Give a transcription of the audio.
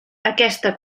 aquesta